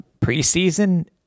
Preseason